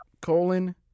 colon